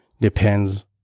depends